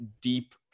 deep